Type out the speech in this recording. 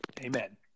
Amen